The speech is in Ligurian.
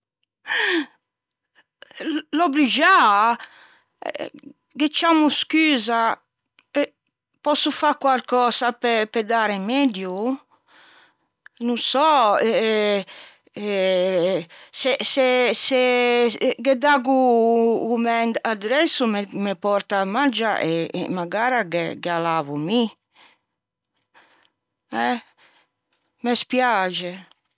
l'ò bruxiâ ghe ciammo scusa, pòsso fâ quarcösa pe dâ remeddio? No sò eh se se ghe daggo o mæ addresso me pòrta a maggia e magara ghe a lavo mi eh? Me spiâxe